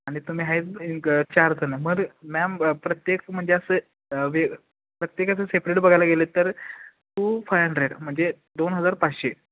आणि तुम्ही आहे एक चार जणं मग मॅम प्रत्येक म्हणजे असं वे प्रत्येकाच सेपरेट बघायला गेलं तर टू फाय हंड्रेड म्हणजे दोन हजार पाचशे